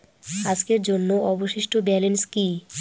আজকের জন্য অবশিষ্ট ব্যালেন্স কি?